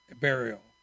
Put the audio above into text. burial